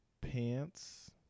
pants